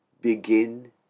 begin